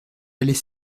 allait